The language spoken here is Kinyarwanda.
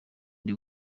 ndi